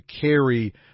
carry